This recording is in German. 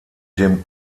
dem